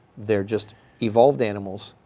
they're just evolved animals,